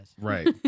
Right